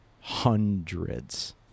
hundreds